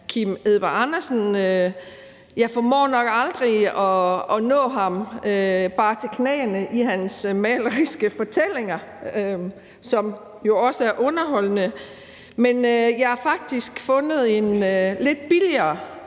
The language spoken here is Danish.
Kim Edberg Andersen synes. Jeg formår nok aldrig at nå ham bare til knæene, hvad angår hans maleriske fortællinger, som jo også er underholdende, men jeg har faktisk fundet en lidt billigere